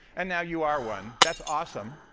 and now you are one, that's awesome.